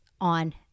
on